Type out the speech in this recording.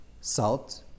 salt